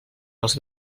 els